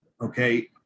Okay